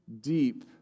deep